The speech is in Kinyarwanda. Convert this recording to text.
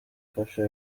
ifasha